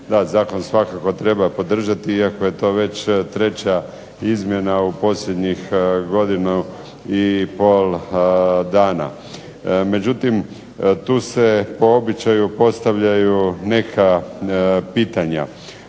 Da, zakon svakako treba podržati iako je to već treća izmjena u posljednjih godinu i pol dana. Međutim, tu se po običaju postavljaju neka pitanja.